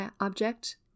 object